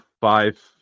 five